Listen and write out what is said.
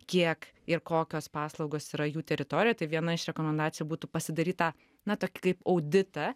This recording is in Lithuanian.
kiek ir kokios paslaugos yra jų teritorijoj tai viena iš rekomendacijų būtų pasidaryt tą na tokį kaip auditą